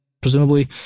presumably